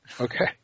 Okay